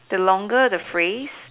the longer the phrase